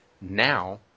now